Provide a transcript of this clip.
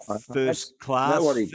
first-class